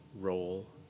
role